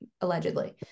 allegedly